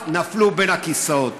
אז נפלו בין הכיסאות.